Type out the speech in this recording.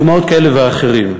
דוגמאות כאלה ואחרות.